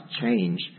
change